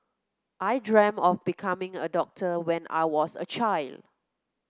I dreamt of becoming a doctor when I was a child